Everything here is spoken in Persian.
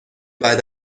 بعد